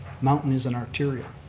mountain is an arterial.